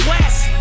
West